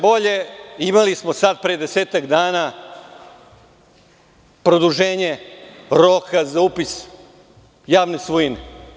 Brže bolje, imali smo sad, pre desetak dana produženje roka za upis javne svojine.